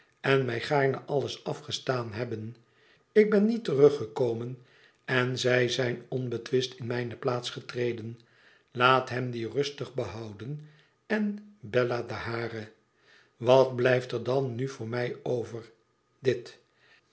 en mij gaarne alles afgestaan hebben ik ben niet teruggekomen en zij zijn onbetwist in mijne plaats getreden laat hem die rustig behouden en bella de hare wat blijft er dan nu voor mij over dit